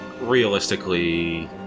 realistically